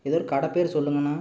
எதோ கடை பேர் சொல்லுங்கண்ணா